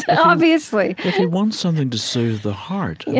obviously, if he wants something to soothe the heart, yeah